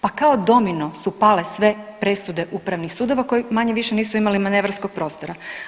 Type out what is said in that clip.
Pa kao domino su pale su sve presude upravnih sudova koji manje-više nisu imali manevarskog prostora.